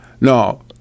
no